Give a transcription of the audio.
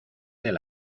del